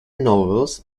novels